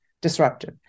disruptive